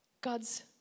God's